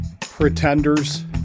pretenders